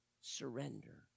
surrender